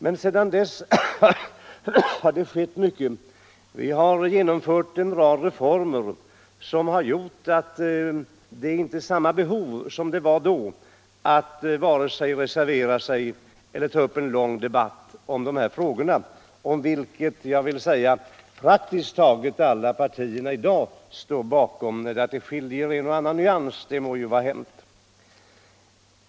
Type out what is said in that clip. Men sedan 113 dess har det skett mycket. Vi har genomfört en rad reformer som har gjort att det inte finns samma behov som det fanns då av att vare sig reservera sig eller ta upp en lång debatt om dessa frågor, vilka praktiskt taget alla partier i dag är överens om. Att det skiljer med en och annan nyans må ju vara hänt.